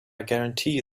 guarantee